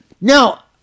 Now